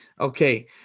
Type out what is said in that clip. okay